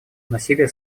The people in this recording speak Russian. насилие